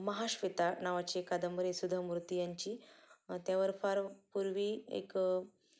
महाश्वेता नावाची एक कादंबरी सुधा मूर्ती यांची त्यावर फार पूर्वी एक